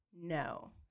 No